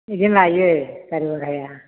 बिदिनो लायो गारि भाराया